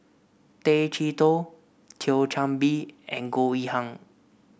Tay Chee Toh Thio Chan Bee and Goh Yihan